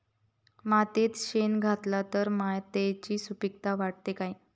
मातयेत शेण घातला तर मातयेची सुपीकता वाढते काय?